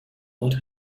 what